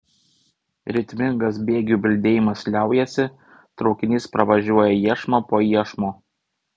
ritmingas bėgių bildėjimas liaujasi traukinys pravažiuoja iešmą po iešmo